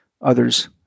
others